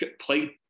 Play